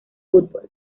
fútbol